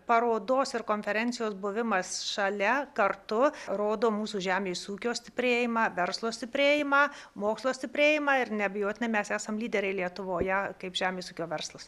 parodos ir konferencijos buvimas šalia kartu rodo mūsų žemės ūkio stiprėjimą verslo stiprėjimą mokslo stiprėjimą ir neabejotinai mes esam lyderiai lietuvoje kaip žemės ūkio verslas